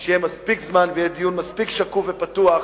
שיהיה מספיק זמן ויהיה דיון מספיק שקוף ופתוח